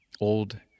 old